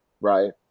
right